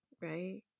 right